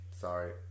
sorry